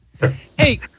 Hey